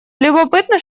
любопытно